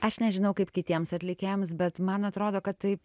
aš nežinau kaip kitiems atlikėjams bet man atrodo kad taip